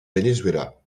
venezuela